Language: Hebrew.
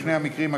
בשני המקרים,